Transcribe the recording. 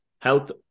health